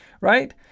right